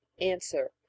Answer